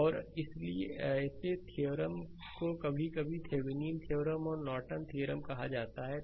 slide समय देखें 2554 और इसलिए ऐसे थ्योरम को कभी कभी थेवेनिन थ्योरम और नॉर्टन थ्योरम कहा जाता है